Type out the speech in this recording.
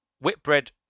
whitbread